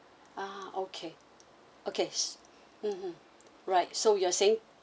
ah okay okay mmhmm right so you're saying